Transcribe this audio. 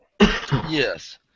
Yes